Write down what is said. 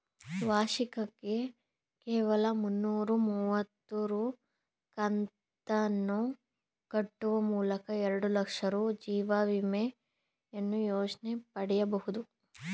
ವಾರ್ಷಿಕಕ್ಕೆ ಕೇವಲ ಮುನ್ನೂರ ಮುವತ್ತು ರೂ ಕಂತನ್ನು ಕಟ್ಟುವ ಮೂಲಕ ಎರಡುಲಕ್ಷ ರೂ ಜೀವವಿಮೆಯ ಯೋಜ್ನ ಪಡೆಯಬಹುದು